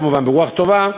כמובן ברוח טובה,